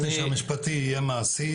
שהמשפטי יהיה מעשי.